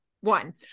one